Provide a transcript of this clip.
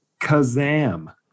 Kazam